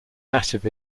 massive